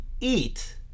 eat